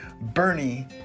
Bernie